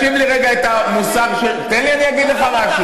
תקשיב רגע למוסר של, חברי הכנסת הערבים.